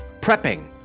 prepping